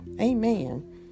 Amen